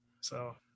So-